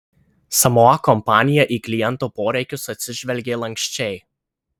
samoa kompanija į kliento poreikius atsižvelgė lanksčiai